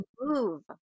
move